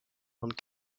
and